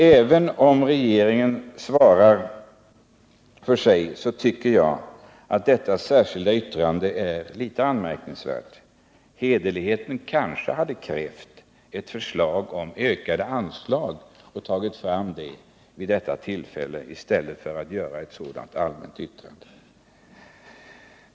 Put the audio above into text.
Även om regeringen svarar för sig, tycker jag att detta särskilda yttrande är litet anmärkningsvärt. Hederligheten kanske hade krävt ett förslag om ökat anslag och att det hade tagits fram vid detta tillfälle i stället för att man gör ett sådant allmänt yttrande.